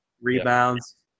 rebounds